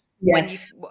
Yes